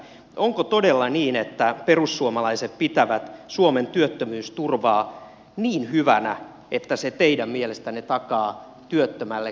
onko todella niin että perussuomalaiset pitävät suomen työttömyysturvaa niin hyvänä että se teidän mielestänne takaa työttömälle kissanpäivät